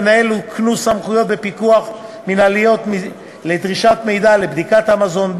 למנהל יוקנו סמכויות פיקוח מינהליות לדרישת מידע לבדיקת המזון,